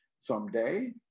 someday